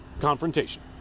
confrontation